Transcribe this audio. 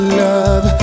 love